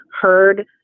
heard